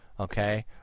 Okay